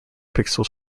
pixel